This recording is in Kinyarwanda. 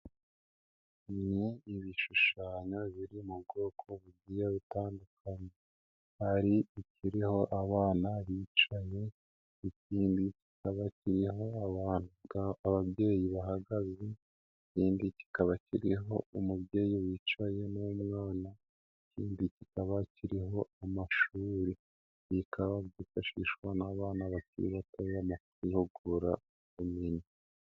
Ibishushanyo biri mu bwoko bugiye butandukanye, hari ikiriho abana bicaye, ikindi kikaba kiriho abana ababyeyi bahagaze, ikindi kikaba kiriho umubyeyi wicaye n'umwana, ikindi kikaba kiriho amashuri, ibi bikaba byifashishwa n'abana bakiri bato mu kwihugura ubumenyi.